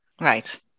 Right